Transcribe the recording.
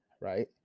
right